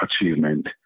achievement